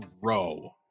row